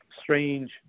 strange